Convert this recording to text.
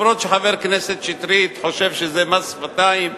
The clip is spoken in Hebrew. אפילו שחבר הכנסת שטרית חושב שזה מס שפתיים,